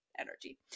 energy